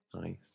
Nice